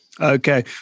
Okay